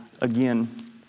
again